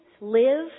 live